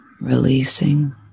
releasing